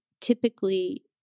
typically